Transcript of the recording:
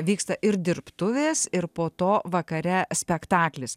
vyksta ir dirbtuvės ir po to vakare spektaklis